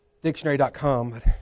Dictionary.com